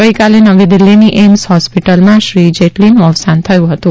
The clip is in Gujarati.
ગઇકાલે નવી દિલ્હીની એઇમ્સ હોસ્પીટલમાં શ્રી જેટલીનું અવસાન થયું હતું